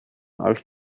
als